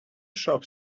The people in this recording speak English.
shop